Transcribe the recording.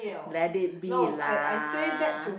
let it be lah